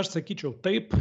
aš sakyčiau taip